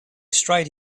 straight